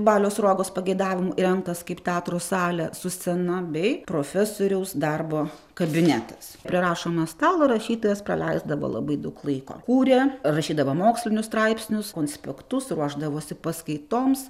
balio sruogos pageidavimu įrengtas kaip teatro salė su scena bei profesoriaus darbo kabinetas prie rašomojo stalo rašytojas praleisdavo labai daug laiko kūrė rašydavo mokslinius straipsnius konspektus ruošdavosi paskaitoms